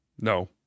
no